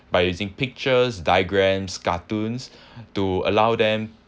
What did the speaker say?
by using pictures diagrams cartoons to allow them